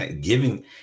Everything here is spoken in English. giving